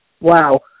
Wow